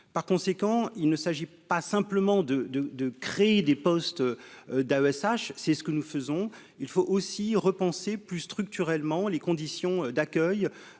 par conséquent, il ne s'agit pas simplement de, de, de créer des postes d'AESH c'est ce que nous faisons, il faut aussi repenser plus structurellement les conditions d'accueil